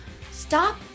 Stop